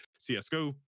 CSGO